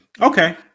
okay